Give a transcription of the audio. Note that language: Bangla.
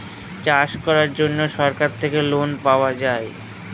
চাষ করার জন্য সরকার থেকে লোন পাওয়া যায়